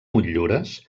motllures